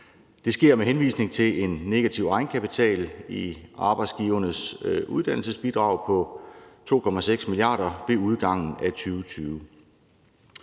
Det sker med henvisning til en negativ egenkapital i Arbejdsgivernes Uddannelsesbidrag på 2,6 mia. kr. ved udgangen af 2020.